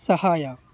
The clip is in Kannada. ಸಹಾಯ